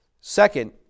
Second